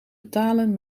betalen